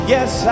Yes